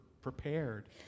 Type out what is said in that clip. prepared